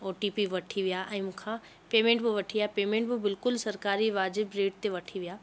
ओ T P वठी विया ऐं मूं खां पेमेंट बि वठी विया पेमेंट बि बिल्कुलु सरकारी बाजिबु रेट ते वठी विया